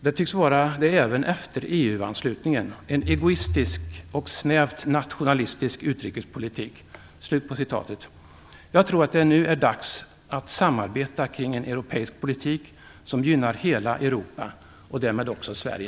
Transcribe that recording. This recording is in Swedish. Det tycks vara det även efter EU-anslutningen: En egoistisk och snävt nationalistisk utrikespolitik." Jag tror att det nu är dags att samarbeta kring en europeisk politik som gynnar hela Europa och därmed också Sverige.